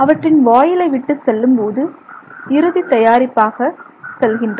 அவற்றின் வாயிலை விட்டு செல்லும்போது இறுதி தயாரிப்பாக செல்கின்றன